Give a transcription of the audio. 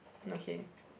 okay